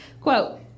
Quote